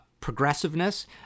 progressiveness